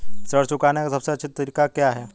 ऋण चुकाने का सबसे अच्छा तरीका क्या है?